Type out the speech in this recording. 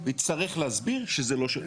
יצטרך להסביר שזה לא שלו.